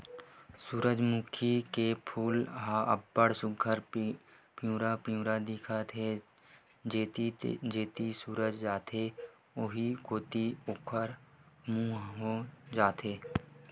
सूरजमूखी के फूल ह अब्ब्ड़ सुग्घर पिंवरा पिंवरा दिखत हे, जेती जेती सूरज ह जाथे उहीं कोती एखरो मूँह ह हो जाथे